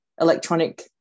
electronic